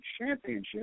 championship